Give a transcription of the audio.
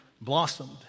blossomed